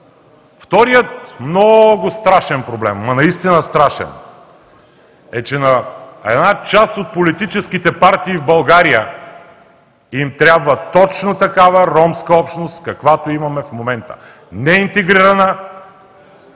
Вторият много страшен проблем, наистина страшен, е, че на една част от политическите партии в България им трябва точно такава ромска общност, каквото имаме в момента – неинтегрирана,